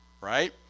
right